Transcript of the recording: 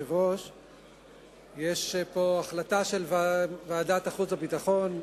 יש פה החלטה של ועדת החוץ והביטחון,